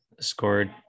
scored